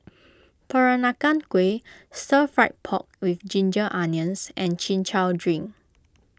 Peranakan Kueh Stir Fried Pork with Ginger Onions and Chin Chow Drink